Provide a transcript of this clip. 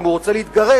אם הוא רוצה להתגרש,